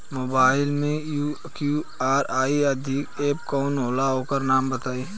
Mobile म UPI आधारित app कौन होला ओकर नाम बताईं?